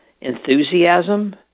enthusiasm